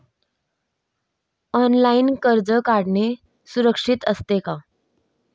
Online कर्ज काढणे सुरक्षित असते का?